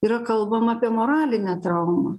yra kalbama apie moralinę traumą